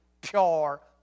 pure